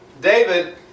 David